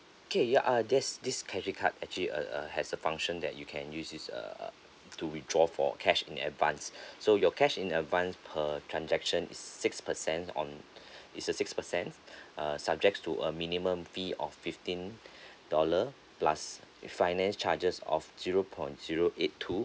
okay ya uh there's this credit card actually uh uh has a function that you can use this err to withdraw for cash in advance so your cash in advance per transaction is six percent on is a six percent uh subject to a minimum fee of fifteen dollar plus finance charges of zero point zero eight two